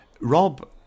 Rob